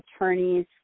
attorneys